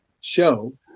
show